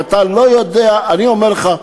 ואתה לא יודע, אני אומר לך,